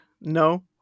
no